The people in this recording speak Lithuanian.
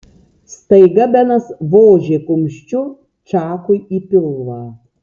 staiga benas vožė kumščiu čakui į pilvą